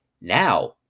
now